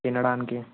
తినడానికి